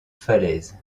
falaises